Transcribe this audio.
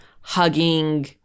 hugging